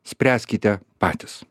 spręskite patys